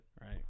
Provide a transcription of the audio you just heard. Right